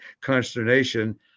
consternation